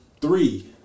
Three